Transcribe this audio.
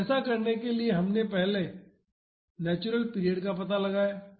तो ऐसा करने के लिए हम पहले नेचुरल पीरियड का पता लगाएंगे